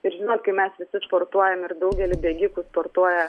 ir žinot kai mes visi sportuojam ir daugelis bėgikų sportuoja